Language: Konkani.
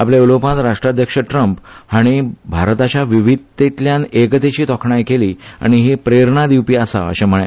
आपले उलोपात राष्ट्राध्यक्ष ट्रम्प हाणी भारताच्या विविधतेतल्यान एकतेची तोखणाय केली आनी हे प्रेरणा दिवपी आसा अशें म्हळे